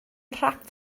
nhrap